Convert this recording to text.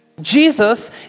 Jesus